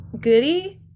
goody